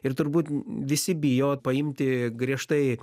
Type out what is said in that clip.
ir turbūt visi bijo paimti griežtai